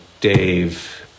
Dave